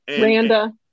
Randa